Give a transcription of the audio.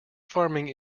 farming